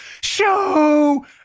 Show